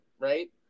right